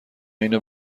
اینو